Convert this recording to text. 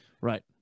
Right